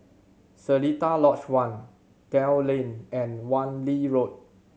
Seletar Lodge One Dell Lane and Wan Lee Road